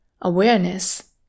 awareness